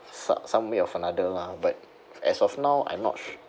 some way of another lah but as of now I'm not